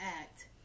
act